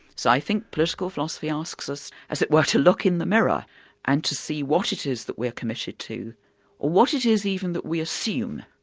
so i think political philosophy asks us, as it were, to look in the mirror and to see what it is that we're committed to, or what it is even that we assume.